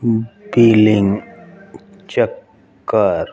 billing ਚੱਕਰ